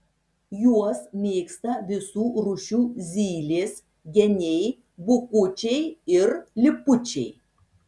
juos mėgsta visų rūšių zylės geniai bukučiai ir lipučiai